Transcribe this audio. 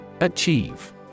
Achieve